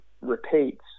repeats